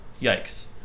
yikes